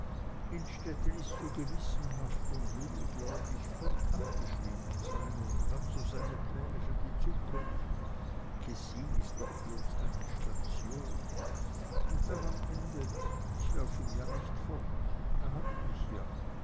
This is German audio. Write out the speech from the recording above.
innstetten ist so gewissenhaft und will glaub ich gut angeschrieben sein und hat so seine pläne für die zukunft kessin ist doch bloß eine station und dann am ende ich lauf ihm ja nicht fort er hat mich ja